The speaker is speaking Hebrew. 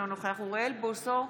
אינו נוכח אוריאל בוסו,